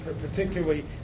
particularly